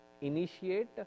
initiate